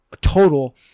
total